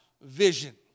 vision